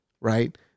right